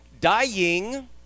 dying